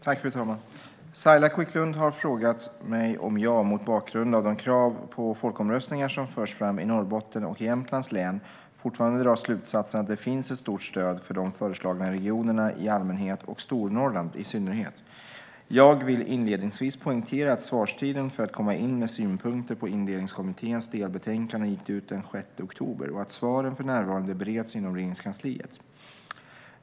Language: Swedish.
Fru talman! Saila Quicklund har frågat mig om jag, mot bakgrund av de krav på folkomröstningar som förts fram i Norrbottens och Jämtlands län, fortfarande drar slutsatsen att det finns ett stort stöd för de föreslagna regionerna i allmänhet och Stornorrland i synnerhet. Jag vill inledningsvis poängtera att svarstiden för att komma in med synpunkter på Indelningskommitténs delbetänkande gick ut den 6 oktober och att svaren för närvarande bereds inom Regeringskansliet.